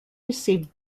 received